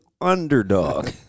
underdog